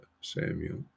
samuel